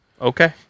Okay